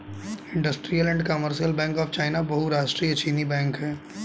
industrial and commercial bank of China बहुराष्ट्रीय चीनी बैंक है